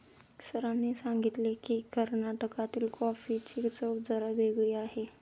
सरांनी सांगितले की, कर्नाटकातील कॉफीची चव जरा वेगळी आहे